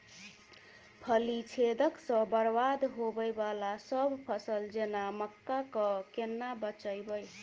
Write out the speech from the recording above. फली छेदक सँ बरबाद होबय वलासभ फसल जेना मक्का कऽ केना बचयब?